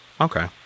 Okay